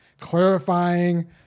clarifying